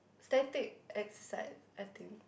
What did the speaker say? static exercise I think